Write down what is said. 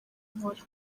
nkora